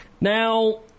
Now